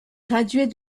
graduée